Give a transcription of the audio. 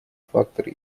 факторы